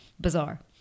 Bizarre